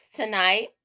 tonight